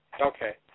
Okay